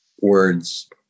words